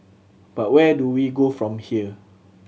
but where do we go from here